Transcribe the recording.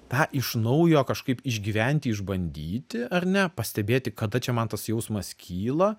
tą iš naujo kažkaip išgyventi išbandyti ar ne pastebėti kada čia man tas jausmas kyla